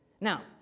Now